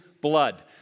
blood